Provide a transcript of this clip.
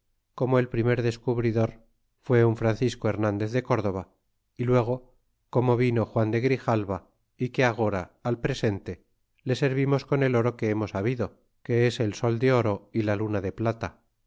como el primer descubridor fue un francisco hernandez de córdova y luego como vino juan de grijalva é que agora al presente le servimos con ei oro que hemos habido que es el sol de oro y la luna de plata